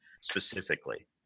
specifically